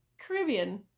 Caribbean